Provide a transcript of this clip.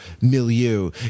milieu